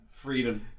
freedom